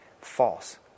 false